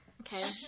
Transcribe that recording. Okay